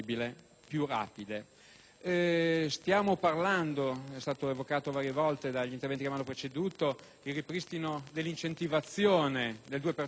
Stiamo parlando - è stato evocato varie volte dagli interventi che mi hanno preceduto - del ripristino dell'incentivazione del 2 per cento